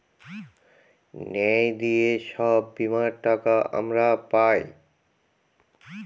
ন্যায় দিয়ে সব বীমার টাকা আমরা পায়